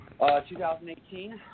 2018